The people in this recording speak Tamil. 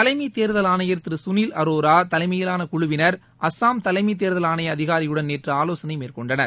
தலைமைத் தேர்தல் ஆணையர் திரு குனில் அரோரா தலைமையிலான குழுவினர் அசாம் தலைமை தேர்தல் ஆணைய அதிகாரியுடன் நேற்று ஆவோசனை மேற்கொண்டனர்